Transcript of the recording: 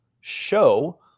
show